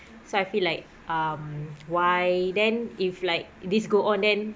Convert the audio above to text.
so I feel like um why then if like this go on then